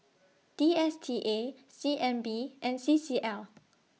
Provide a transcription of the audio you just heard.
D S T A C N B and C C L